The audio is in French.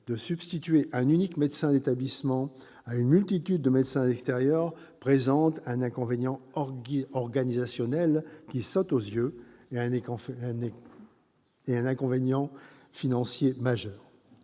de substituer un unique médecin d'établissement à une multitude de médecins extérieurs présente un inconvénient organisationnel, qui saute aux yeux, et un inconvénient financier.